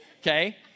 Okay